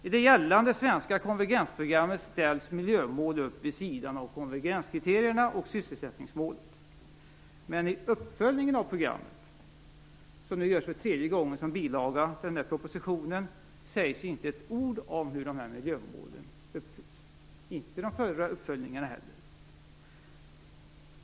I det gällande svenska konvergensprogrammet ställs miljömål upp vid sidan av konvergenskriterierna och sysselsättningsmålet, men i uppföljningen av programmet - som nu tredje gången görs som bilaga till propositionen - sägs inte ett ord om hur miljömålen uppnås, inte heller i de förra uppföljningarna.